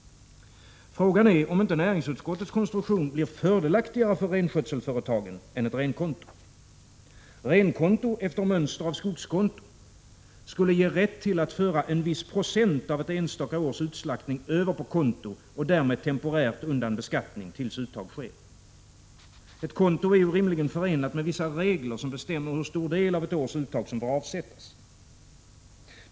Frågan är, om inte näringsutskottets konstruktion blir fördelaktigare för renskötselföretagen än ett renkonto. Renkonto-— efter mönster av skogskonto— skulle ge rätt till att föra en viss procent av ett enstaka års utslaktning över på konto och därmed temporärt undan beskattning tills uttag sker. Ett konto är ju rimligen förenat med vissa regler, som bestämmer hur stor del av ett års uttag som får avsättas.